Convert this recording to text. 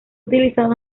utilizado